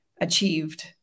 achieved